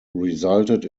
resulted